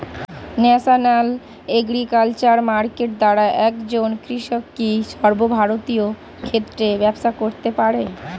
National agriculture market দ্বারা একজন কৃষক কি সর্বভারতীয় ক্ষেত্রে ব্যবসা করতে পারে?